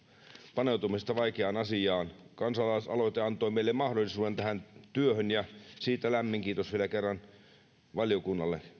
paneutumisesta vaikeaan asiaan kansalaisaloite antoi meille mahdollisuuden tähän työhön ja siitä lämmin kiitos vielä kerran valiokunnalle